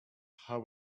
how